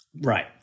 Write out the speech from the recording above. right